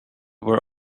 were